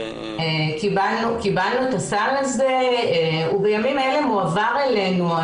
קיבלנו את הסל הזה, הוא בימים אלה מועבר אלינו.